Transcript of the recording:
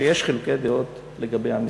שיש חילוקי דעות לגבי המספר.